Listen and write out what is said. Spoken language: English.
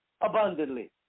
abundantly